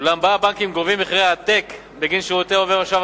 אולם בה הבנקים גובים מחירי עתק בגין שירותי עובר ושב